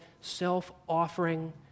self-offering